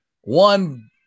one